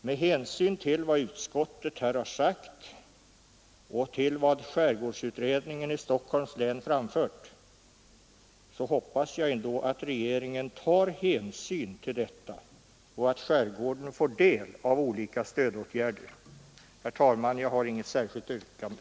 Med hänsyn till vad utskottet här har sagt och vad skärgårdsutredningen i Stockholms län har framfört hoppas jag ändå att regeringen tar hänsyn till detta och att skärgården får del av olika stödåtgärder. Herr talman! Jag har inget särskilt yrkande.